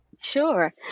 Sure